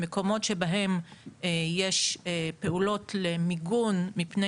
במקומות שבהם יש פעולות למיגון מפני